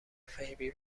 فیبی